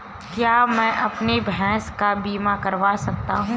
क्या मैं अपनी भैंस का बीमा करवा सकता हूँ?